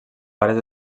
pares